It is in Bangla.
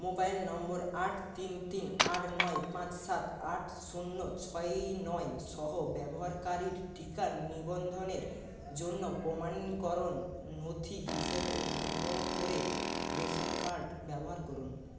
মোবাইল নম্বর আট তিন তিন আট নয় পাঁচ সাত আট শূন্য ছয় নয় সহ ব্যবহারকারীর টিকা নিবন্ধনের জন্য প্রমাণীকরণ নথি হিসাবে অনুগ্রহ করে রেশন কার্ড ব্যবহার করুন